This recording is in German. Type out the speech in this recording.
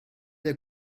der